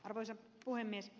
arvoisa puhemies